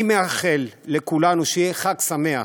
אני מאחל לכולנו שיהיה חג שמח,